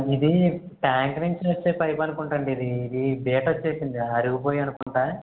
ఇదీ ట్యాంక్ నుంచి వచ్చే పైప్ అనుకుంటండి ఇది ఇది బీట వచ్చేసింది అరిగిపోయి అనుకుంట